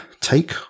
take